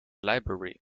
library